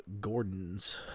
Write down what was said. Gordon's